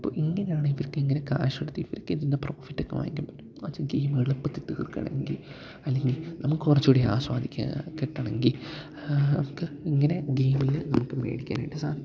അപ്പോള് ഇങ്ങനെയാണ് ഇവർക്ക് ഇങ്ങനെ ക്യാഷെടുത്ത് ഇവർക്ക് ഇതില്നിന്ന് പ്രോഫിറ്റൊക്കെ വാങ്ങിക്കാൻ പറ്റും ഗെയിമുകള് എളുപ്പത്തില് തീർക്കുകയാണെങ്കില് അല്ലെങ്കില് നമുക്ക് കുറച്ചുകൂടി ആസ്വാദിക്കാന് കിട്ടണമെങ്കില് നമുക്ക് ഇങ്ങനെ ഗെയിമില് നമുക്ക് മേടിക്കാനായിട്ടു സാധിക്കും